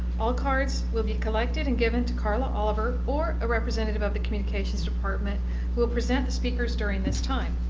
all cards will be collected and given to karla oliver or a representative of the communications department who will present the speakers during this time.